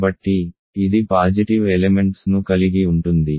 కాబట్టి ఇది positive elements ను కలిగి ఉంటుంది